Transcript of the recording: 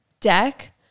deck